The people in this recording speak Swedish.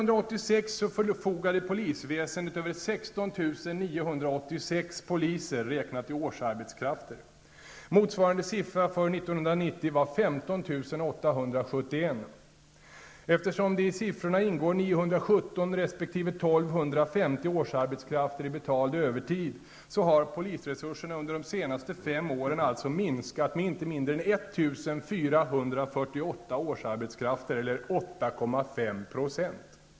resp. 1 250 årsarbetskrafter i betald övertid, har polisresurserna under de senaste fem åren alltså minskat med inte mindre än 1 448 årsarbetskrafter eller 8,5 %.